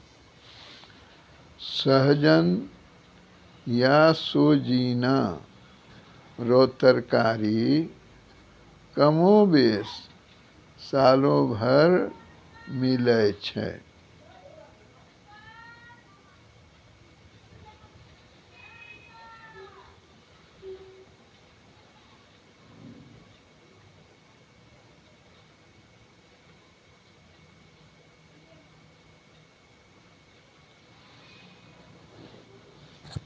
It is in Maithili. सहजन या सोजीना रो तरकारी कमोबेश सालो भर मिलै छै